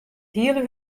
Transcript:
hiele